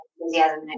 enthusiasm